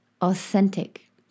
authentic